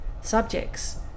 Subjects